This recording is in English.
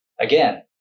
Again